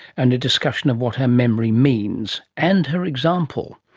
and a discussion of what her memory means, and her example.